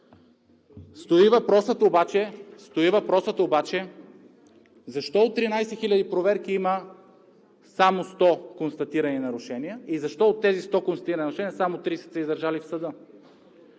Стои въпросът обаче защо от 13 хиляди проверки има само 100 констатирани нарушения и защо от тези 100 констатирани нарушения само 30 са издържали в съда.